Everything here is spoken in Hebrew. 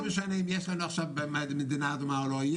מה זה משנה אם יש לנו עכשיו מדינה אדומה או לא,